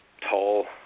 tall